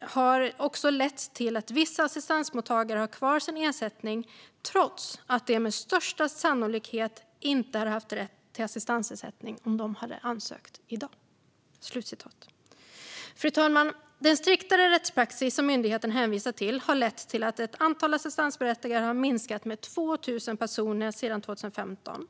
har det lett till "att vissa assistansberättigade har kvar sin ersättning, trots att rätten till assistansersättning med största sannolikhet inte hade funnits om de ansökt i dag". Fru talman! Den striktare rättspraxis som myndigheten hänvisar till har lett till att antalet assistansberättigade har minskat med 2 000 personer sedan 2015.